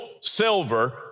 silver